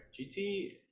GT